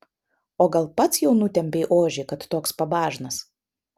o gal pats jau nutempei ožį kad toks pabažnas